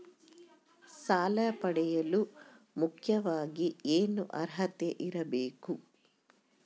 ಸಾಲ ಪಡೆಯಲು ಮುಖ್ಯವಾಗಿ ಏನು ಅರ್ಹತೆ ಇರಬೇಕು?